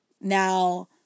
Now